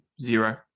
Zero